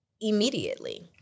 immediately